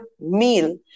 meal